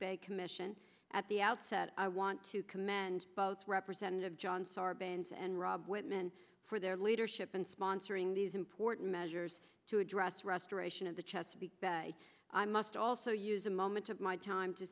bay commission at the outset i want to commend both representative john sarbanes and rob whitman for their leadership in sponsoring these important measures to address restoration of the chesapeake bay i must also use a moment of my time to